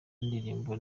ndirimbo